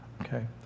okay